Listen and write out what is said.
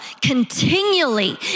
continually